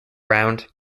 round